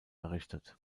errichtet